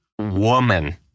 woman